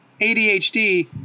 ADHD